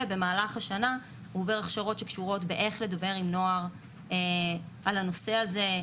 ובמהלך השנה הוא עובר הכשרות איך לדבר עם נוער על הנושא הזה.